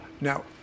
Now